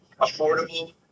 affordable